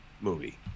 movie